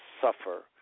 suffer